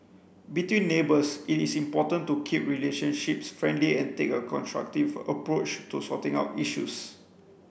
between neighbours it is important to keep relationships friendly and take a constructive approach to sorting out issues